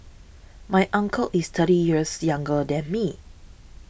my uncle is thirty years younger than me